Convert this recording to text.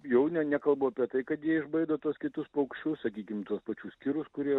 jau nekalbu apie tai kad jie išbaido tuos kitus paukščius sakykim tuos pačius kirus kurie